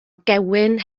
gewyn